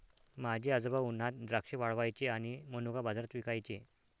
माझे आजोबा उन्हात द्राक्षे वाळवायचे आणि मनुका बाजारात विकायचे